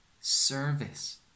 service